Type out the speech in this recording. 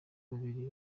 babiri